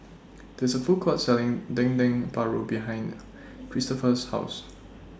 This A Food Court Selling Dendeng Paru behind Christoper's House